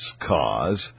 cause